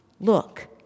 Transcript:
look